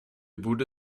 borde